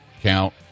count